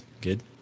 good